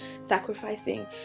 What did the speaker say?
sacrificing